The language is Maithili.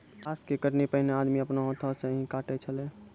चास के कटनी पैनेहे आदमी आपनो हाथै से ही काटै छेलै